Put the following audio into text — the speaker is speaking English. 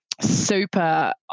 super